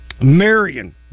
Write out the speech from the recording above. Marion